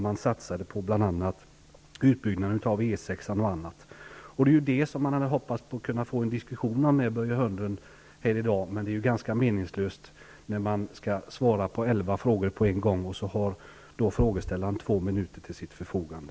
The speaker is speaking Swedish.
Man satsade bl.a. på utbyggnad av Det var om sådant som jag hoppades att kunna diskutera med Börje Hörnlund här i dag, men det är ganska meningslöst att försöka göra detta när han skall svara på elva frågor på en gång och frågeställaren därigenom har två minuter till sitt förfogande.